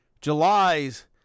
july's